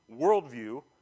worldview